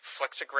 flexographic